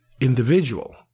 individual